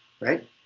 Right